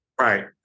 Right